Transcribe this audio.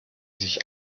sich